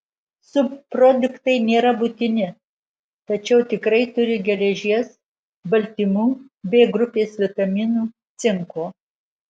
subproduktai nėra būtini tačiau tikrai turi geležies baltymų b grupės vitaminų cinko